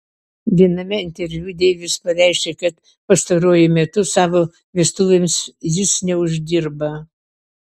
viename interviu deivis pareiškė kad pastaruoju metu savo vestuvėms jis neuždirba